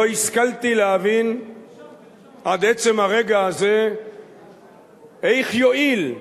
לא השכלתי להבין עד עצם הרגע הזה איך יועיל,